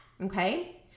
okay